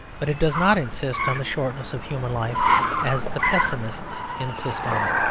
but it does not insist on the shortness of human life as the pessimists insist on it.